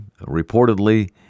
reportedly